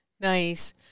Nice